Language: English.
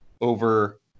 over